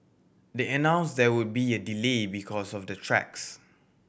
they announced there would be a delay because of the tracks